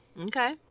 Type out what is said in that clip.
okay